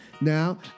now